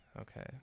Okay